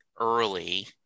early